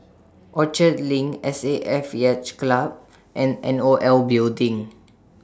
Orchard LINK S A F Yacht Club and N O L Building